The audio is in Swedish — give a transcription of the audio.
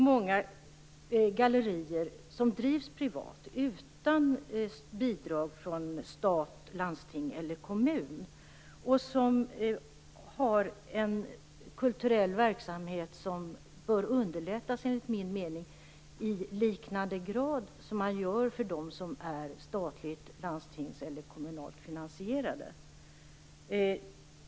Många gallerier drivs privat, utan bidrag från stat, landsting eller kommun, och har en kulturell verksamhet som enligt min mening bör underlättas i ungefär samma grad som man gör för dem som är statligt finansierade, landstingsfinansierade eller kommunalt finansierade.